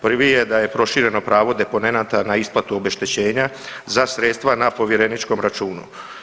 Prvi je da je prošireno pravo deponenata za isplatu obeštećenja za sredstva na povjereničkom računu.